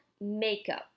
makeup